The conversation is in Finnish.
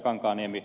kankaanniemi